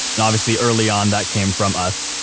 and obviously early on that came from us.